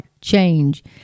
change